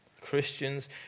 Christians